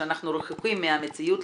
שאנחנו רחוקים מהמציאות,